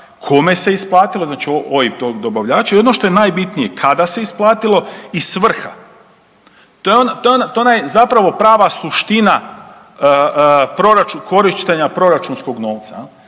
kome se isplatilo, znači koji to dobavljač i ono što je najbitnije, kada se isplatilo i svrha. To je ona zapravo prava suština korištenja proračunskog novca.